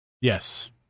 Yes